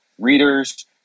readers